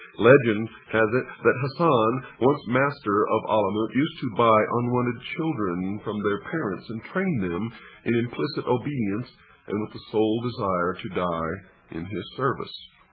legend has it that hasan, once master of alamut, used to buy unwanted children from their parents, and train them in implicit obedience and with the sole desire to die in his service.